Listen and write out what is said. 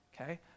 Okay